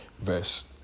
verse